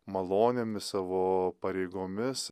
malonėmis savo pareigomis